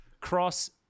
cross